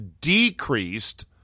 decreased